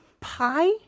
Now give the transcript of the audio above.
pie